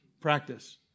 practice